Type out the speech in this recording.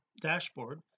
dashboard